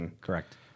Correct